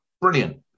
Brilliant